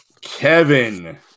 Kevin